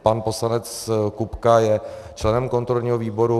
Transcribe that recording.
Pan poslanec Kupka je členem kontrolního výboru.